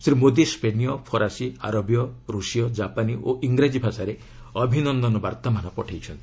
ଶ୍ରୀ ମୋଦୀ ସ୍ୱେନିୟ ଫରାସୀ ଆରବୀୟ ରଷିୟ ଜାପାନୀ ଓ ଇଂରାଜୀ ଭାଷାରେ ଅଭିନନ୍ଦନ ବାର୍ତ୍ତାମାନ ପଠାଇଛନ୍ତି